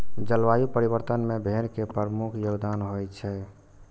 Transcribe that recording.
जलवायु परिवर्तन मे भेड़ के प्रमुख योगदान होइ छै